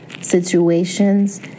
situations